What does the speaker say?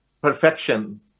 perfection